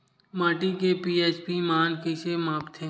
माटी के पी.एच मान कइसे मापथे?